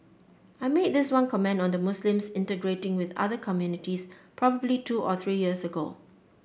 I made this one comment on the Muslims integrating with other communities probably two or three years ago